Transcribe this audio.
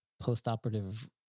post-operative